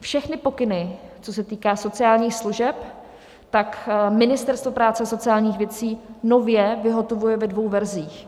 Všechny pokyny, co se týká sociálních služeb, tak Ministerstvo práce a sociálních věcí nově vyhotovuje ve dvou verzích.